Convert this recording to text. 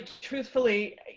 truthfully